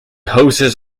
houses